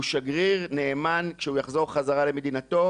הוא שגריר נאמן כשהוא יחזור חזרה למדינתו,